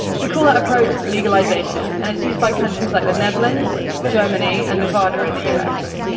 we call that approach legalization, and it's used by countries like the netherlands, germany and nevada in the us.